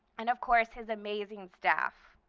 and of course, his amazing staff.